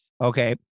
Okay